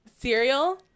cereal